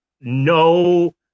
no